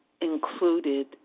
included